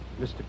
Mr